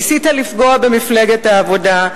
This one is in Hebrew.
ניסית לפגוע במפלגת העבודה,